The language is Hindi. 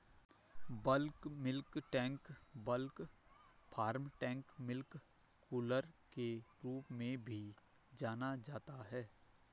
bulk milk tank bulk farm tank milk cooler के रूप में भी जाना जाता है,